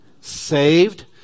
saved